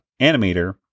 animator